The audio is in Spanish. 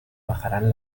bajarán